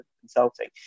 consulting